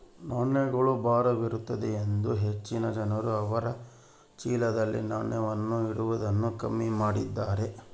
ನಾಣ್ಯಗಳು ಭಾರವಿರುತ್ತದೆಯೆಂದು ಹೆಚ್ಚಿನ ಜನರು ಅವರ ಚೀಲದಲ್ಲಿ ನಾಣ್ಯವನ್ನು ಇಡುವುದು ಕಮ್ಮಿ ಮಾಡಿದ್ದಾರೆ